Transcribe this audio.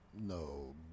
No